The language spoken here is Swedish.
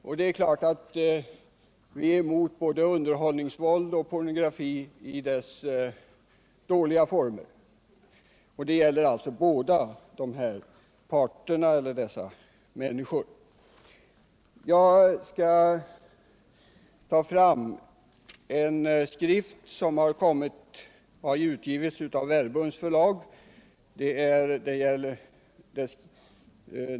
Vi är naturligtvis emot såväl underhållningsvåld som pornografi i dess dåliga former, oavsett vad det är fråga om för människor. Jag skall ta fram en skrift som utgivits av förlaget Verbum.